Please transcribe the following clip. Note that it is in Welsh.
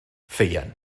ffeuen